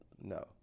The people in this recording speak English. No